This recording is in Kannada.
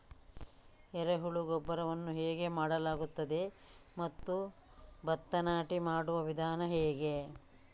ಎರೆಹುಳು ಗೊಬ್ಬರವನ್ನು ಹೇಗೆ ಮಾಡಲಾಗುತ್ತದೆ ಮತ್ತು ಭತ್ತ ನಾಟಿ ಮಾಡುವ ವಿಧಾನ ಹೇಗೆ?